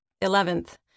Eleventh